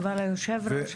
אבל היושב-ראש,